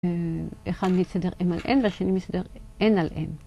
אחד מסדר אם על אם והשני מסדר אין על אין.